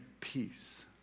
peace